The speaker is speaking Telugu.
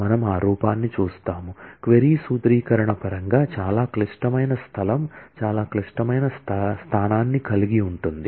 మనము ఆ రూపాన్ని చూస్తాము క్వరీ సూత్రీకరణ పరంగా చాలా క్లిష్టమైన స్థలం చాలా క్లిష్టమైన స్థానాన్ని కలిగి ఉంటుంది